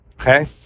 Okay